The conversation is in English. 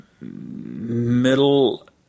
middle